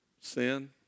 Sin